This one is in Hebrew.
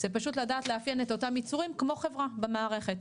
זה פשוט לדעת לאפיין את אותם יצורים כמו חברה במערכת.